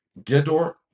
Gedor